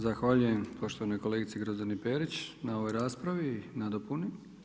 Zahvaljujem poštovanoj kolegici Grozdani Perić na ovoj raspravi i nadopuni.